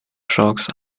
shocks